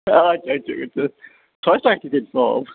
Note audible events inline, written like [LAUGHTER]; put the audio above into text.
ہے آچھا [UNINTELLIGIBLE] سٔہ آسہِ تۄہہِ تہِ تیٚلہِ سُہ آب